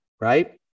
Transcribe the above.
right